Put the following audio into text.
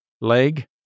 leg